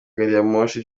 gariyamoshi